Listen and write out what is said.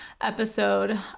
episode